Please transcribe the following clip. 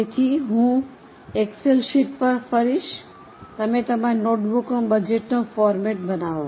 તેથી હું excel sheet પર કરીશ તમે તમારી નોટબુકમાં બજેટનો ફોર્મેટ બનાવો